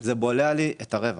זה בולע לי את הרווח.